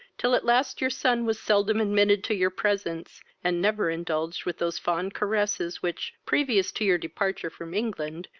till at last your son was seldom admitted to your presence, and never indulged with those fond caresses which, previous to your departure from england,